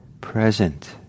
present